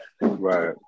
right